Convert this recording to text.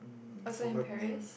also in Paris